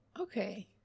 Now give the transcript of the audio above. Okay